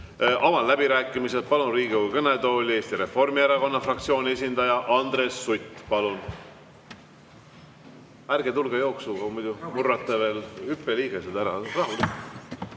Avan läbirääkimised ja palun Riigikogu kõnetooli Eesti Reformierakonna fraktsiooni esindaja Andres Suti. Palun! Ärge tulge jooksuga, muidu murrate veel hüppeliigesed ära.